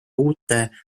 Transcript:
uute